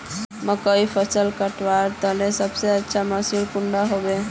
मकईर फसल कटवार केते सबसे अच्छा मशीन कुंडा होबे?